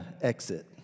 exit